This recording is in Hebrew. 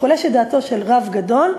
כשחולשת דעתו של רב גדול,